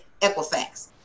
Equifax